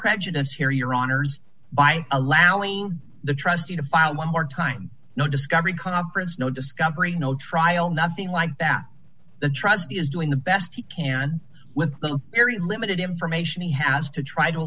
prejudice here your honors by allowing the trustee to file one more time no discovery conference no discovery no trial nothing like that the trustee is doing the best he can with the very limited information he has to try to